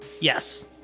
Yes